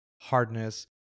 hardness